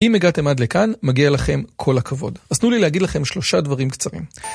אם הגעתם עד לכאן, מגיע לכם כל הכבוד. אסנו לי להגיד לכם שלושה דברים קצרים.